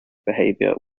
behavior